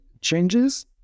changes